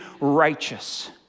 righteous